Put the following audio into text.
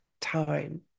time